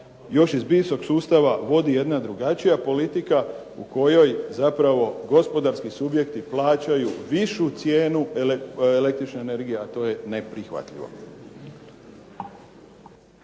još iz bivšeg sustava vodi jedna drugačija politika u kojoj zapravo gospodarski subjekti plaćaju višu cijenu električne energije, a to je neprihvatljivo.